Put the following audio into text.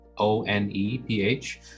O-N-E-P-H